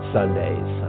Sundays